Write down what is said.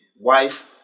wife